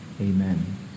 Amen